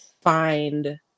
Find